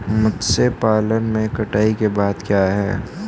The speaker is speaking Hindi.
मत्स्य पालन में कटाई के बाद क्या है?